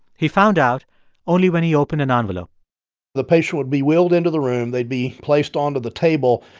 he found out only when he opened an envelope the patient would be wheeled into the room. they'd be placed onto the table.